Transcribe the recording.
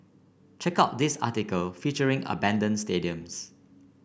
check out this article featuring abandoned stadiums